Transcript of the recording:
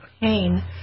pain